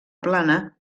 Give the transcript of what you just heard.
plana